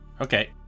Okay